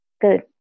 good